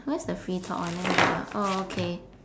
what's the free talk one let me look ah oh okay